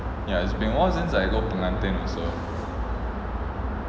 ya it's been a while since I go pengantin also